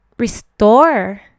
restore